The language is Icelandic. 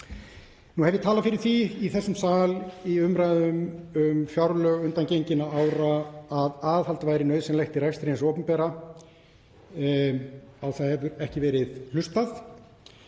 Nú hef ég talað fyrir því í þessum sal í umræðum um fjárlög undangenginna ára að aðhald væri nauðsynlegt í rekstri hins opinbera. Á það hefur ekki verið hlustað